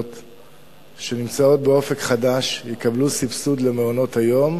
שנמצאות ב"אופק חדש" יקבלו סבסוד למעונות-היום,